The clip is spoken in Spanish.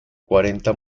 cuarenta